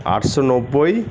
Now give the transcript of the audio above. আটশো নব্বই